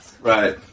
right